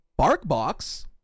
BarkBox